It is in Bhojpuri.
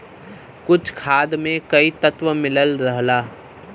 कुछ खाद में कई तत्व मिलल रहला